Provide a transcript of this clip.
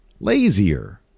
lazier